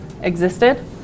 existed